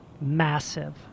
massive